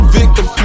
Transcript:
victim